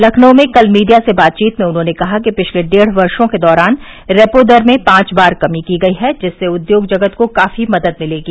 लखनऊ में आज मीडिया से बातचीत में उन्होंने कहा कि पिछते डेद वर्षों के दौरान रेपो दर में पांच बार कमी की गई है जिससे उद्योग जगत को काफी मदद मिलेगी